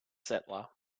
settler